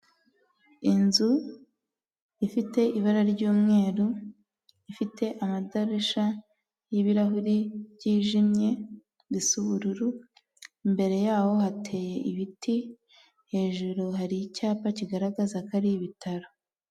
Inzu ifite ibara ry'umweru, ifite amadirisha y'ibirahuri byijimye bisa ubururu, imbere yaho hateye ibiti, hejuru hari icyapa kigaragaza ko ari ibitaro.